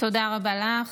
תודה רבה לך.